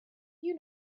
you